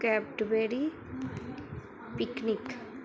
Cadbury picnic